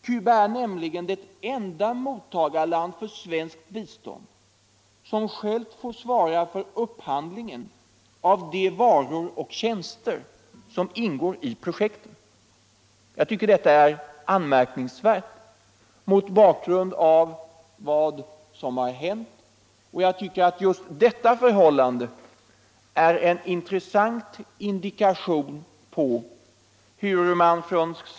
Cuba är nämligen det enda mottagande land för svenskt bistånd som självt får svara för upphandlingen av de varor och tjänster som ingår i projekten. Detta är anmärkningsvärt mot bakgrund av vad som hänt.